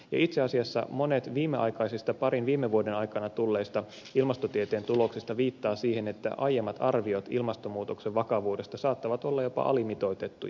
itse asiassa monet viimeaikaisista parin viime vuoden aikana tulleista ilmastotieteen tuloksista viittaavat siihen että aiemmat arviot ilmastonmuutoksen vakavuudesta saattavat olla jopa alimitoitettuja